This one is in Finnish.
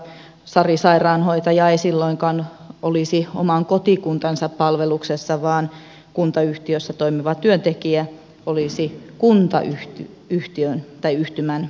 sari sairaanhoitaja ei silloinkaan olisi oman kotikuntansa palveluksessa vaan kuntayhtymässä toimiva työntekijä olisi kuntayhtymän työntekijänä